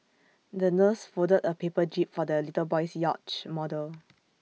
the nurse folded A paper jib for the little boy's yacht model